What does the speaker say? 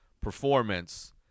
performance